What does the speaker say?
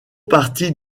partie